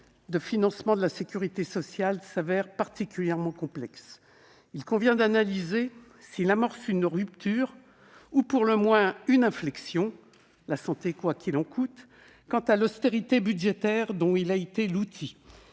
de financement de la sécurité sociale s'avère particulièrement complexe. Il convient d'analyser si ce texte amorce une rupture ou, pour le moins, une inflexion- « la santé quoi qu'il en coûte » -par rapport à l'austérité budgétaire dont les précédents